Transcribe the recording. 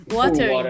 water